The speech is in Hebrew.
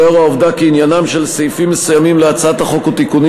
ולאור העובדה שעניינם של סעיפים מסוימים להצעת החוק הוא תיקונים